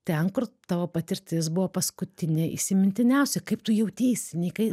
ten kur tavo patirtis buvo paskutinė įsimintiniausia kaip tu jauteisi nei kai